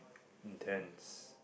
intense